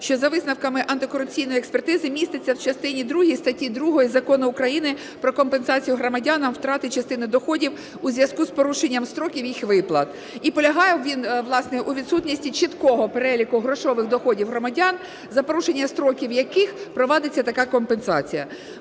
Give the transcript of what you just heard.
що, за висновками антикорупційної експертизи, міститься в частині другій статті 2 Закону України "Про компенсацію громадянам втрати частини доходів у зв'язку з порушенням строків їх виплати". І полягає він, власне, у відсутності чіткого переліку грошових доходів громадян, за порушення строків яких провадиться така компенсація.